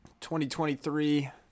2023